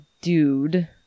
dude